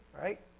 right